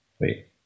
Wait